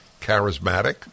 charismatic